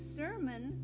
sermon